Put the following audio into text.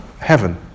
heaven